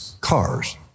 Cars